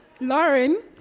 Lauren